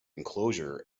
enclosure